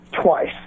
twice